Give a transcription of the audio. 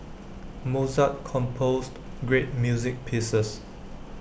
Mozart composed great music pieces